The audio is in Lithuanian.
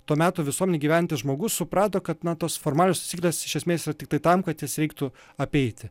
to meto visuomenėje gyvenantis žmogus suprato kad na tos formalios taisyklės iš esmės yra tiktai tam kad jas reiktų apeiti